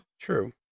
True